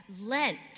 Lent